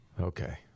Okay